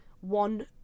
one